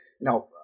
Now